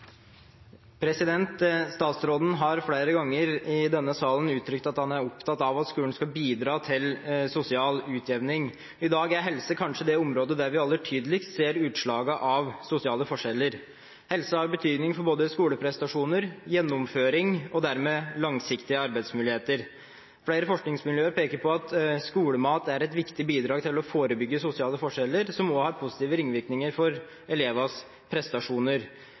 opptatt av at skolen skal bidra til sosial utjevning. I dag er kanskje helse det området der vi aller tydeligst ser utslaget av sosiale forskjeller. Helse har betydning for både skoleprestasjoner og gjennomføring – og dermed langsiktige arbeidsmuligheter. Flere forskningsmiljøer peker på at skolemat er et viktig bidrag til å forebygge sosiale forskjeller, noe som også har positive ringvirkninger for elevenes prestasjoner.